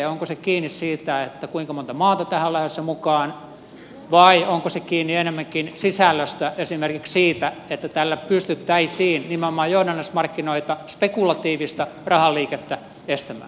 onko se kiinni siitä kuinka monta maata tähän on lähdössä mukaan vai onko se kiinni enemmänkin sisällöstä esimerkiksi siitä että tällä pystyttäisiin nimenomaan johdannaismarkkinoita spekulatiivista rahaliikettä estämään